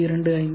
25 3